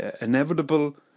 inevitable